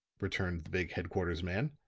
returned the big headquarters man,